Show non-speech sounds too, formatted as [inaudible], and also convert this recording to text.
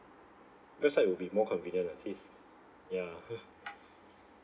website will be more convenient lah since ya [laughs]